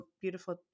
beautiful